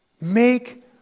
Make